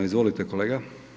Izvolite kolega.